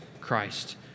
Christ